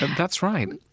that's right.